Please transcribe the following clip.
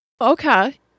Okay